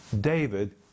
David